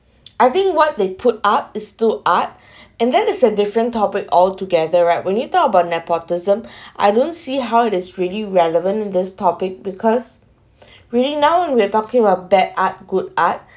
I think what they put up is too art and that is a different topic all together right when you talk about nepotism I don't see how it is really relevant this topic because really now we're talking about bad art good art